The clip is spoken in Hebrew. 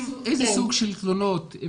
איזה סוג של תלונות מתקבלות,